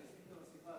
גברתי היושבת-ראש,